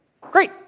Great